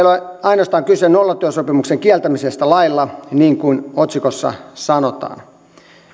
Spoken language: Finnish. ainoastaan kyse nollatyösopimuksen kieltämisestä lailla niin kuin otsikossa sanotaan